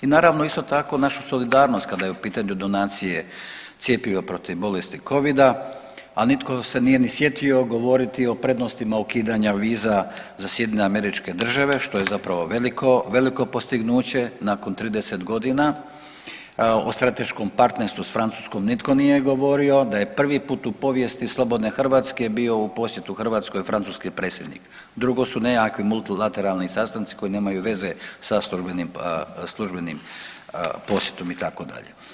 I naravno isto tako našu solidarnost kada je u pitanju donacije cjepiva protiv bolesti Covida, al nitko se nije ni sjetio govoriti o prednostima ukidanja viza za SAD što je zapravo veliko postignuće nakon 30 godina, o strateškom partnerstvu s Francuskom nitko nije govorio da je prvi put u povijesti slobodne Hrvatske bio u posjetu Hrvatskoj francuski predsjednik, drugo su nekakvi multilateralni sastanci koji nemaju veze sa službenim posjetom itd.